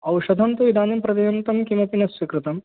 औषधं तु इदानीं प्रर्यन्तं किमपि न स्वीकृतम्